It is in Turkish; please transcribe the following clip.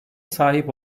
sahip